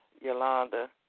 Yolanda